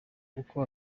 uko